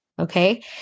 Okay